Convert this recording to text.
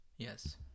yes